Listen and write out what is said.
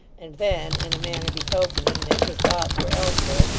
and then in a manner betokening that his thoughts were elsewhere,